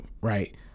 right